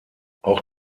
auch